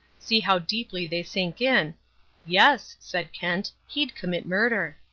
see how deeply they sink in yes, said kent, he'd commit murder.